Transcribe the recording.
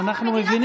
תודה